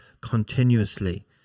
continuously